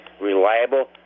reliable